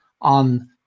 on